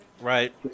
Right